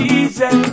easy